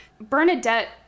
Bernadette